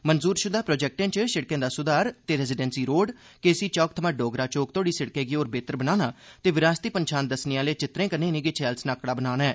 मंजूर शुदा प्रोजेक्टें च सड़कें दा सुधार ते रैसीडैंसी रोड केसी चौक थमां डोगरा चौक तोड़ी सड़कैं गी होर बेहतर बनाना ते बरासती पंछान दस्सने आले वित्तरें कन्नै इनेंगी छैल सन्हाकड़ा बनाना ऐ